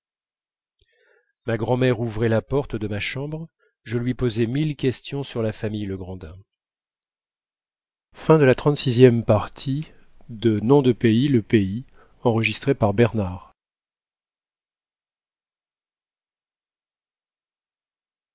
ma grand'mère ouvrait la porte de ma chambre je lui posais quelques questions sur la famille legrandin